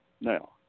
Now